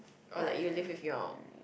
or like you live with your